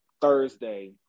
Thursday